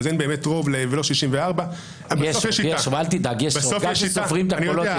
אז אין באמת רוב ולא 64. גם אם סופרים את הקולות יש רוב.